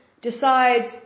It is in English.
decides